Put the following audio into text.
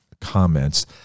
comments